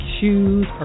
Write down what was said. shoes